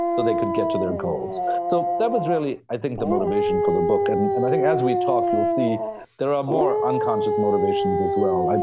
so they could get to their goals so that was really, i think, the motivation for the book, and and i think as we talk, you'll see there are more unconscious motivations as well.